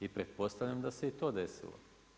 I pretpostavljam da se i to desilo.